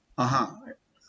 (uh huh)